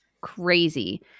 crazy